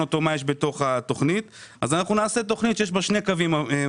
אותו מה יש בתוך התכנית ולכן נעשה תכנית שיש בה שני קווים מנחים.